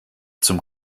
zum